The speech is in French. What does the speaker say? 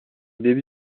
début